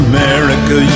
America